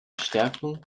stärkung